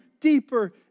deeper